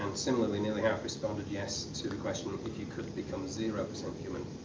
similarly, nearly half responded yes to the question, ah but if you could become zero percent human,